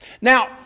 Now